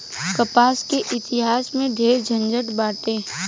कपास के इतिहास में ढेरे झनझट बाटे